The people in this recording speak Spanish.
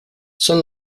son